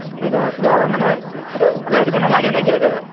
কি ধৰ কিবা মানে এইটো ঘূৰাই দিব নালাগে নেকি একেবাৰে